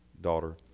daughter